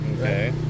Okay